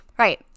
Right